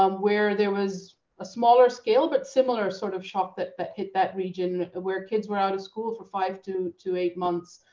um where there was a smaller scale, but similar sort of shock that that hit that region where kids were out of school for five to to eight months